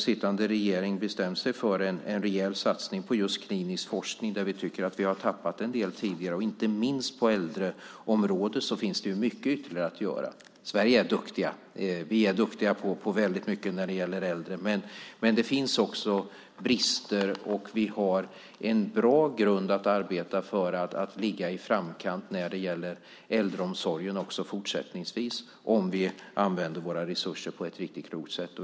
Sittande regering har bestämt sig för en rejäl satsning på just klinisk forskning, där vi tycker att vi har tappat en del tidigare. Inte minst på äldreområdet finns det mycket ytterligare att göra. Vi är duktiga i Sverige på väldigt mycket när det gäller äldre, men det finns också brister. Vi har en bra grund att arbeta utifrån för att ligga i framkant när det gäller äldreomsorgen också fortsättningsvis om vi använder våra resurser på ett riktigt klokt sätt.